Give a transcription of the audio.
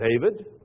David